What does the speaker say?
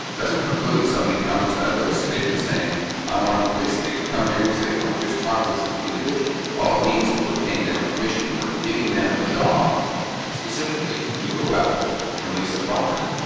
doesn't preclude somebody coming to that real estate agent saying i want at least that they can come hear me say no just talk to this individual all it means is we're paying them a commission. we're giving them a job specifically to go out and lease the property